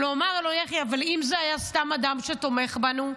אבל יחי אמר לו: אם זה היה סתם אדם שתומך בנו,